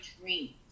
dreams